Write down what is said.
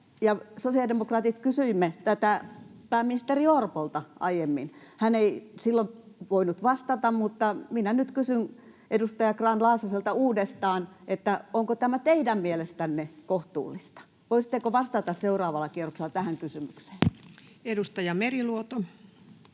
sosiaalidemokraatit kysyimme tätä pääministeri Orpolta aiemmin. Hän ei silloin voinut vastata, mutta minä nyt kysyn edustaja Grahn-Laasoselta uudestaan: Onko tämä teidän mielestänne kohtuullista? Voisitteko vastata seuraavalla kierroksella tähän kysymykseen? [Speech 333]